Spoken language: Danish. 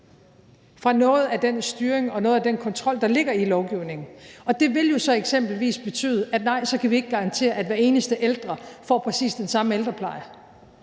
noget af den styring og noget af den kontrol, der ligger i lovgivningen. Det vil jo så eksempelvis betyde, at nej, så kan vi ikke garantere, at hver eneste ældre får præcis den samme ældrepleje.